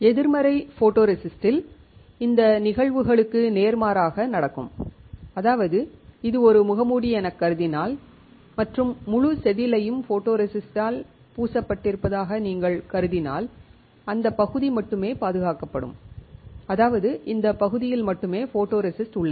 எதிர்மறை ஃபோட்டோரெசிஸ்ட்டில் இந்த நிகழ்வுகளுக்கு நேர்மாறாக நடக்கும் அதாவது இது ஒரு முகமூடி எனக் கருதினால் மற்றும் முழு செதிலையும் ஃபோட்டோரெசிஸ்ட்டால் பூசப்பட்டிருப்பதாக நீங்கள் கருதினால் அந்த பகுதி மட்டுமே பாதுகாக்கப்படும் அதாவது இந்த பகுதியில் மட்டுமே ஃபோட்டோரெசிஸ்ட் உள்ளது